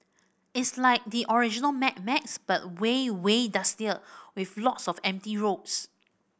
it's like the original Mad Max but way way dustier with lots of empty roads